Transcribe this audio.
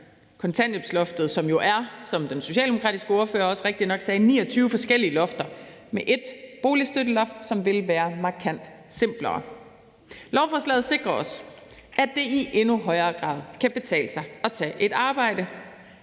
kontanthjælpsloftet, som jo, som den socialdemokratiske ordfører også så rigtigt sagde, er 29 forskellige lofter, med et boligstøtteloft, som vil være markant simplere. Lovforslaget sikrer også, at det i endnu højere grad kan betale sig at tage et arbejde.